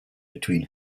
between